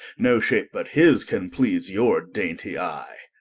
no shape but his can please your dainty eye